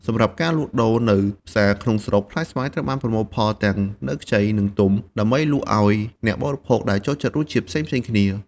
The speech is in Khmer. សម្រាប់ការលក់ដូរនៅផ្សារក្នុងស្រុក ផ្លែស្វាយត្រូវបានប្រមូលផលទាំងនៅខ្ចី និងទុំ ដើម្បីលក់ឲ្យអ្នកបរិភោគដែលចូលចិត្តរសជាតិផ្សេងៗគ្នា។